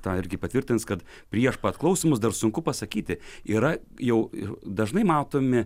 tą irgi patvirtins kad prieš pat klausymus dar sunku pasakyti yra jau ir dažnai matomi